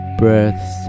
breaths